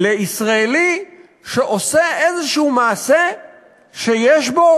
לישראלי שעושה איזשהו מעשה שיש בו